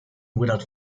without